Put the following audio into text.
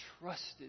trusted